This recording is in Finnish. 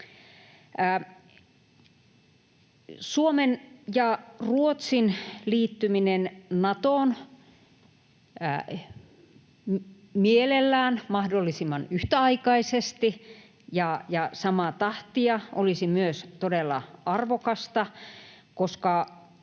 Suomen ja Ruotsin liittyminen Natoon mielellään mahdollisimman yhtäaikaisesti ja samaa tahtia olisi myös todella arvokasta, koska